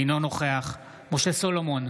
אינו נוכח משה סולומון,